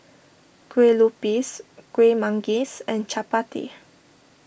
Kueh Lupis Kueh Manggis and Chappati